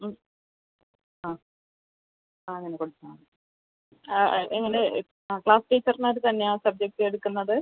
മ് ആ ആ അങ്ങനെ കൊടുത്താൽ മതി ആ ആ എങ്ങനെ ക്ലാസ് ടീച്ചറ് തന്നെയാണ് സബ്ജക്റ്റ് എടുക്കുന്നത്